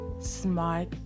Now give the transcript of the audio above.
smart